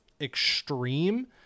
extreme